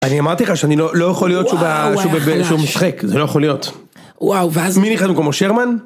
אני אמרתי לך שאני לא יכול להיות שוב בשום שחק, זה לא יכול להיות. וואו ואז מי נכנס במקומו שרמן?